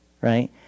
right